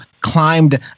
climbed